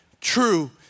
true